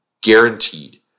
guaranteed